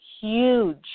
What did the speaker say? huge